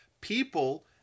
people